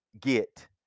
get